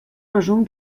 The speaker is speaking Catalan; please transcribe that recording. resum